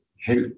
help